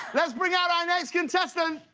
let's bring out our next contestant.